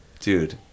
dude